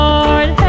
Lord